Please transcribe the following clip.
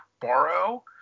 borrow